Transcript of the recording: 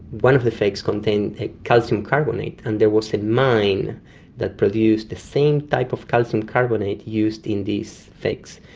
one of the fakes contained a calcium carbonate and there was a mine that produced the same type of calcium carbonate used in these fakes,